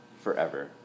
forever